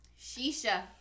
Shisha